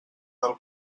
del